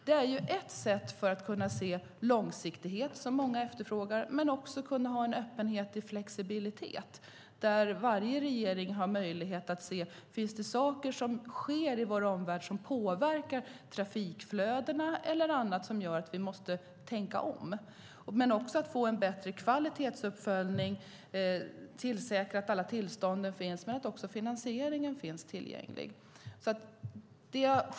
Det här är ett sätt att se på långsiktigheten, som många efterfrågar, och även ha öppenhet och flexibilitet. Varje regering ska ha möjlighet att se om det finns saker som sker i vår omvärld som påverkar trafikflödena eller annat som gör att vi måste tänka om. Det handlar också om att få en bättre kvalitetsuppföljning, säkra tillstånd och ha tillgänglig finansiering.